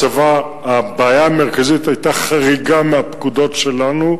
הבעיה המרכזית היתה חריגה מהפקודות שלנו,